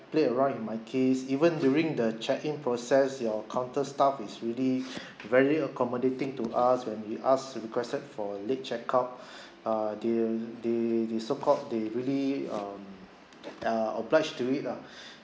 play around with my kids even during the check in process your counter staff is really very accommodating to us when we ask we requested for late checkout uh they'll they they so called they really um are obliged to it lah